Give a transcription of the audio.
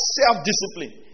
self-discipline